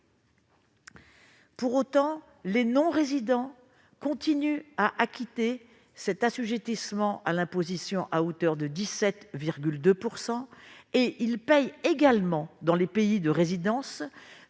Pour autant, les non-résidents continuent d'être assujettis à l'imposition à hauteur de 17,2 % et paient également, dans les pays de résidence,